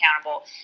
accountable